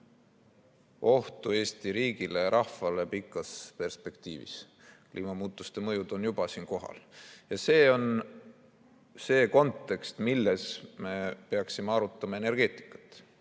ohtu Eesti riigile ja rahvale pikas perspektiivis. Kliimamuutuste mõjud on juba kohal. See on see kontekst, milles me peaksime arutama energeetikat.